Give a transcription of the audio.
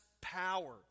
power